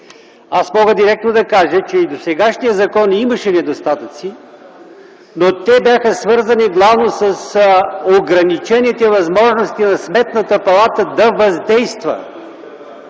Мога директно да кажа, че и досегашният закон имаше недостатъци, но те бяха свързани главно с ограничените възможности на Сметната палата да въздейства!